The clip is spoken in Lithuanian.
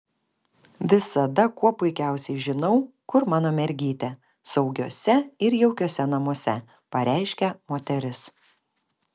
visada kuo puikiausiai žinau kur mano mergytė saugiuose ir jaukiuose namuose pareiškė moteris